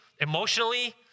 emotionally